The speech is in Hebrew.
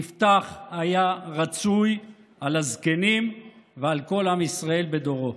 יפתח היה רצוי על הזקנים ועל כל עם ישראל בדורו.